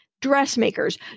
dressmakers